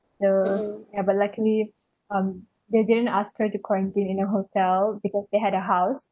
so yeah luckily um they didn't ask her to quarantine in a hotel because they had a house